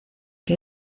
que